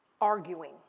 arguing